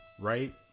Right